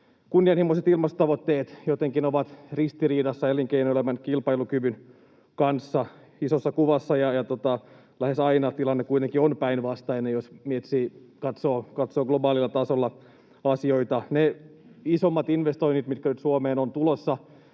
kunnianhimoiset ilmastotavoitteet jotenkin ovat ristiriidassa elinkeinoelämän kilpailukyvyn kanssa isossa kuvassa. Lähes aina tilanne kuitenkin on päinvastainen, jos katsoo globaalilla tasolla asioita. Ne isommat investoinnit, mitkä nyt Suomeen ovat tulossa